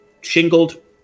shingled